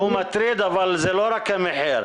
הוא מטריד אבל זה לא רק המחיר.